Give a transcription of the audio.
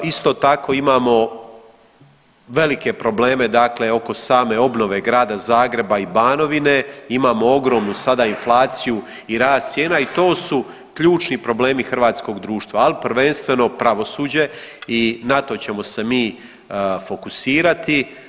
Isto tako imamo velike probleme, dakle oko same obnove grada Zagreba i Banovine, imamo ogromnu sada inflaciju i rast cijena i to su ključni problemi hrvatskog društva ali prvenstveno pravosuđe i na to ćemo se mi fokusirati.